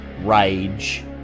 rage